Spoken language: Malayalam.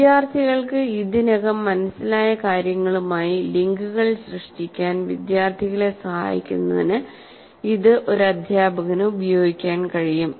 വിദ്യാർത്ഥികൾക്ക് ഇതിനകം മനസ്സിലായ കാര്യങ്ങളുമായി ലിങ്കുകൾ സൃഷ്ടിക്കാൻ വിദ്യാർത്ഥികളെ സഹായിക്കുന്നതിന് ഇത് ഒരു അധ്യാപകന് ഉപയോഗിക്കാൻ കഴിയും